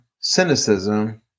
cynicism